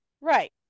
Right